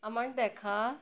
আমার দেখা